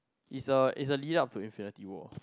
is a is a lead up to Infinity-War